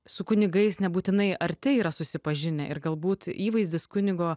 su kunigais nebūtinai arti yra susipažinę ir galbūt įvaizdis kunigo